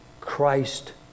Christ